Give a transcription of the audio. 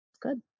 good